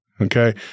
Okay